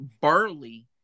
Barley